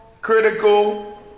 critical